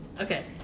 Okay